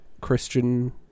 Christian